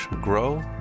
grow